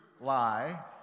lie